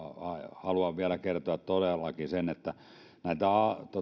haluan vielä kertoa todellakin sen että näitä